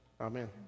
Amen